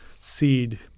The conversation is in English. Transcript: seed